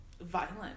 Violent